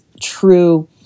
true